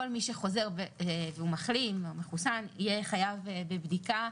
כל מי שחוזר והוא מחלים או מחוסן יהיה חייב בדיקה,